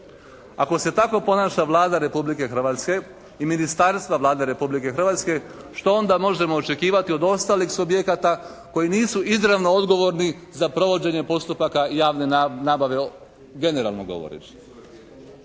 Ako se tako ponaša Vlada Republike Hrvatske i ministarstva Vlada Republike Hrvatske što onda možemo očekivati od ostalih subjekata koji nisu izravno odgovorni za provođenje postupaka javne nabave generalno govoreći.